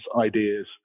ideas